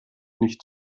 nicht